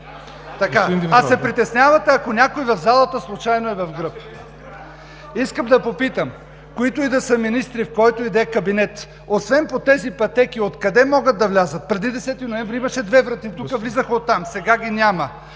А се притеснявате, ако някой в залата случайно е в гръб?! Искам да попитам: които и да са министри, в който и да е кабинет, освен по тези пътеки, откъде могат да влязат? Преди 10 ноември имаше две врати тук. Сега ги няма.